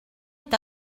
est